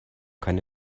keine